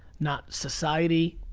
not society,